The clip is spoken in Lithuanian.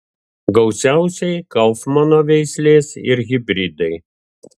gausiausiai kaufmano veislės ir hibridai